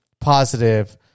positive